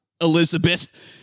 elizabeth